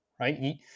right